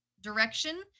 direction